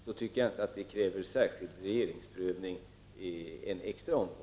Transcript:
Jag tycker inte att det då behövs en särskild prövning av regeringen i en extra omgång.